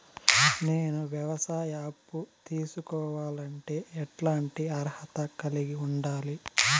నేను వ్యవసాయ అప్పు తీసుకోవాలంటే ఎట్లాంటి అర్హత కలిగి ఉండాలి?